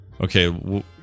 Okay